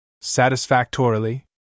Satisfactorily